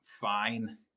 fine